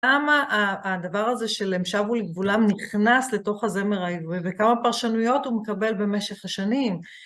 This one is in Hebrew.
כמה הדבר הזה של הם שבו לגבולם נכנס לתוך הזמר העברי וכמה פרשנויות הוא מקבל במשך השנים.